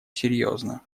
серьезно